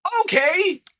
Okay